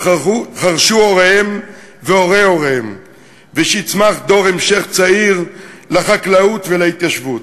חרשו הוריהם והורי-הוריהם ושיצמח דור המשך צעיר לחקלאות ולהתיישבות.